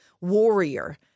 warrior